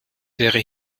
wäre